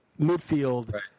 midfield